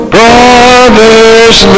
Brothers